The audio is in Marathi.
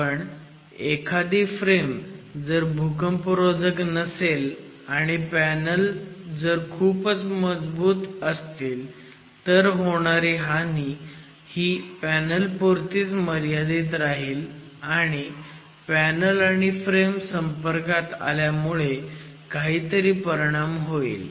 पण एखादी फ्रेम जर भूकंपरोधक नसेल आणि पॅनल जर खूपच मजबूत असतील तर होणारी हानी ही पॅनलपुरतीच मर्यादित राहील आणि पॅनल आणि फ्रेम संपर्कात आल्यामुळे काहीतरी परिणाम होईल